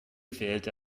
welt